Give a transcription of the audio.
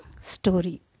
story